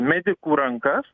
medikų rankas